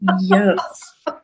Yes